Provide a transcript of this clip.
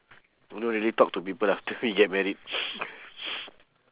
don't really talk to people after we get married